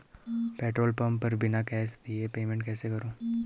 Petrol pump पर बिना cash दिए पेमेंट कैसे करूँ?